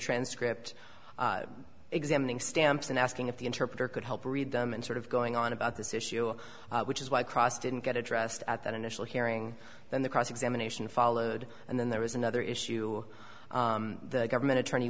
transcript examining stamps and asking if the interpreter could help read them and sort of going on about this issue which is why cross didn't get addressed at that initial hearing then the cross examination followed and then there was another issue the government attorney